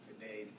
today